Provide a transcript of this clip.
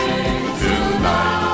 Tonight